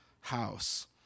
house